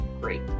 great